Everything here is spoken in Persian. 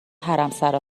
حرمسرا